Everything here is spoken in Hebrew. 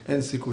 בבקשה.